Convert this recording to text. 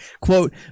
quote